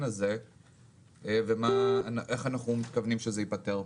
הזה ואיך אנחנו מתכוונים שזה ייפתר.